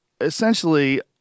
essentially